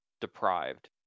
deprived